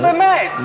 לא, באמת.